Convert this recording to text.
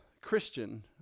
Christian